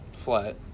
flat